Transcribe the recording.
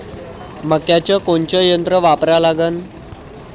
मक्याचं कोनचं यंत्र वापरा लागन?